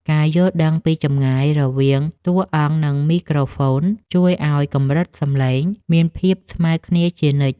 ការយល់ដឹងពីចម្ងាយរវាងតួអង្គ និង មីក្រូហ្វូនជួយឱ្យកម្រិតសំឡេងមានភាពស្មើគ្នាជានិច្ច។